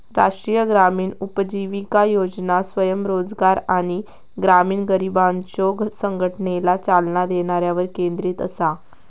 राष्ट्रीय ग्रामीण उपजीविका योजना स्वयंरोजगार आणि ग्रामीण गरिबांच्यो संघटनेला चालना देण्यावर केंद्रित असा